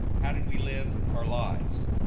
how did we live our lives?